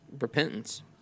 Repentance